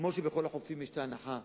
כמו שבכל החופים יש הנחה,